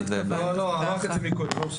לא התכוונתי.